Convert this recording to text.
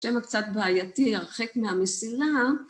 שם קצת בעייתי, הרחק מהמסילה.